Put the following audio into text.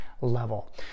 level